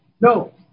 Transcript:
No